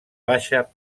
baixa